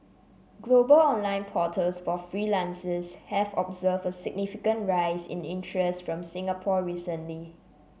global online portals for freelancers have observed a significant rise in interest from Singapore recently